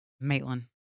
Maitland